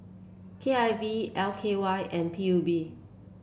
K I V L K Y and P U B